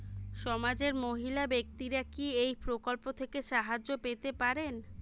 সমাজের মহিলা ব্যাক্তিরা কি এই প্রকল্প থেকে সাহায্য পেতে পারেন?